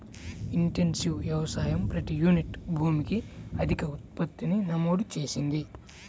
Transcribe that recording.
intensive వ్యవసాయం ప్రతి unit భూమికి అధిక ఉత్పత్తిని నమోదు చేసింది